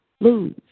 lose